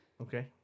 Okay